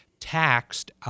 taxed